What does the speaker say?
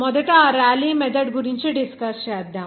మొదట ఆ రేలీ మెథడ్Rayleighs method గురించి డిస్కస్ చేద్దాం